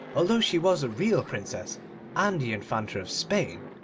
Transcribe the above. although she was a real princess and the infanta of spain,